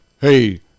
Hey